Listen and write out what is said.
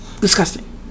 disgusting